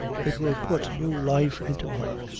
it will put new life into her.